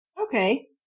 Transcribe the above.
Okay